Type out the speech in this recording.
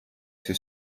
two